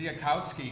Ziakowski